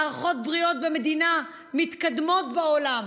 מערכות בריאות במדינות מתקדמות בעולם